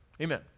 Amen